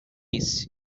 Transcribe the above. esse